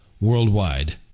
worldwide